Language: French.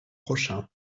prochain